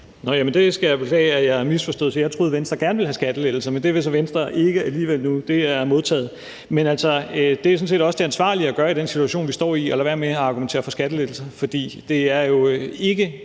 Det skal jeg beklage at jeg misforstod. Jeg troede, at Venstre gerne ville have skattelettelser, men det vil Venstre så alligevel ikke nu – det er modtaget. Det er sådan set også det ansvarlige at gøre i den situation, vi står i, altså at lade være med at argumentere for skattelettelser, for det er jo ikke